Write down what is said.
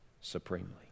supremely